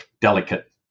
delicate